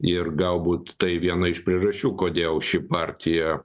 ir galbūt tai viena iš priežasčių kodėl ši partija